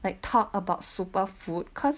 like talk about super food cause